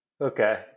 Okay